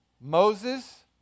Moses